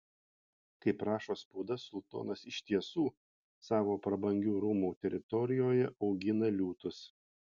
kaip rašo spauda sultonas iš tiesų savo prabangių rūmų teritorijoje augina liūtus